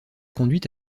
conduit